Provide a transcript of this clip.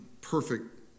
perfect